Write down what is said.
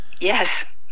Yes